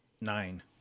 nine